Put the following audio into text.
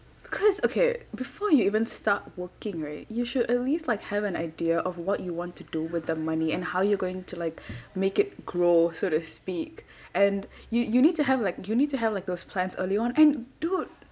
because okay before you even start working right you should at least like have an idea of what you want to do with the money and how you're going to like make it grow so to speak and you you need to have like you need to have like those plans early on and dude